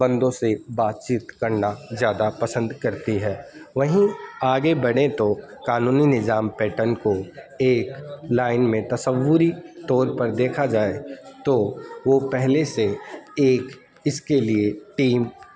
بندوں سے بات چیت کرنا زیادہ پسند کرتی ہے وہیں آگے بڑھیں تو قانونی نظام پیٹرن کو ایک لائن میں تصوری طور پر دیکھا جائے تو وہ پہلے سے ایک اس کے لیے ٹیم